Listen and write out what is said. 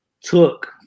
took